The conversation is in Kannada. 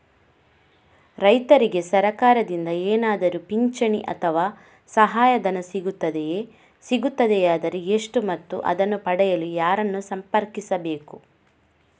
ರೈತರಿಗೆ ಸರಕಾರದಿಂದ ಏನಾದರೂ ಪಿಂಚಣಿ ಅಥವಾ ಸಹಾಯಧನ ಸಿಗುತ್ತದೆಯೇ, ಸಿಗುತ್ತದೆಯಾದರೆ ಎಷ್ಟು ಮತ್ತು ಅದನ್ನು ಪಡೆಯಲು ಯಾರನ್ನು ಸಂಪರ್ಕಿಸಬೇಕು?